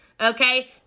Okay